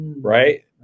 Right